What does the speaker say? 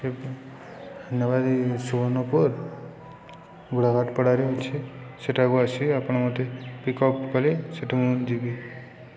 ଧନ୍ୟବାଦ ଇ ସୁବର୍ଣ୍ଣପୁର ଘୁଡ଼ାଘାଟ୍ ପଡ଼ାରେ ଅଛେ ସେଠାକୁ ଆସି ଆପଣ ମତେ ପିକ୍ଅପ୍ କଲେ ସେଠୁ ମୁଁ ଯିବି